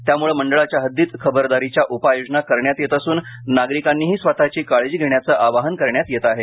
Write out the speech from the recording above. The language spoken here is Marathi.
त्याम्ळे मंडळाच्या हद्दीत खबरदारीच्या उपाययोजनां करण्यात येत असून नागरिकांनीही स्वतःची काळजी घेण्याचे आवाहन करण्यात येत आहे